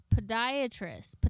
podiatrist